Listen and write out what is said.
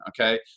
Okay